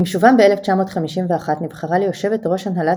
עם שובם ב-1951 נבחרה ליושבת ראש הנהלת